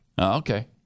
Okay